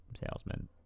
salesman